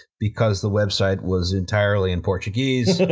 because the website was entirely in portuguese.